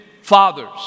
fathers